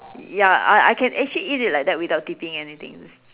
ya I I can actually eat it like that without dipping any things